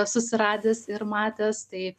susiradęs ir matęs tai